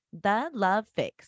thelovefix